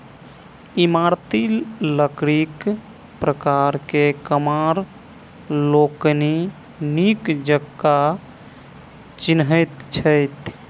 इमारती लकड़ीक प्रकार के कमार लोकनि नीक जकाँ चिन्हैत छथि